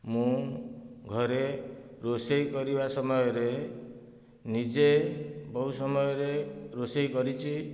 ମୁଁ ଘରେ ରୋଷେଇ କରିବା ସମୟରେ ନିଜେ ବହୁ ସମୟରେ ରୋଷେଇ କରିଛି